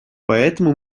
поэтому